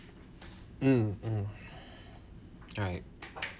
mm mm alright